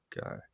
guy